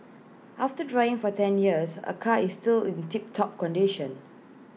after driving for ten years her car is still in tip top condition